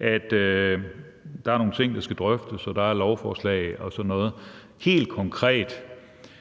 at der er nogle ting, der skal drøftes, og der er lovforslag og sådan noget, hvordan